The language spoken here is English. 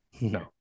No